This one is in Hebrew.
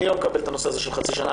אני לא מקבל את הדחייה בחצי שנה.